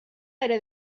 era